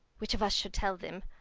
which of us should tell them?